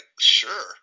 sure